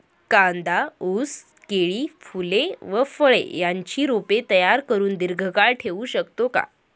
कांदा, ऊस, केळी, फूले व फळे यांची रोपे तयार करुन दिर्घकाळ ठेवू शकतो का?